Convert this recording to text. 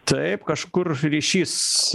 taip kažkur ryšys